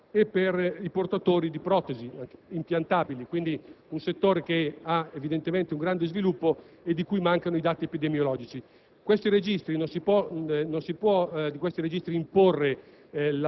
o ancora a registri per le cause di morte e per i portatori di protesi impiantabili (un settore che registra evidentemente un grande sviluppo e di cui mancano i dati epidemiologici).